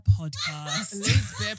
podcast